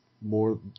more